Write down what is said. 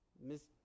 Miss